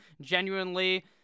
genuinely